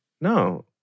No